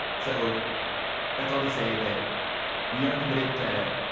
so that's all to say that we are committed to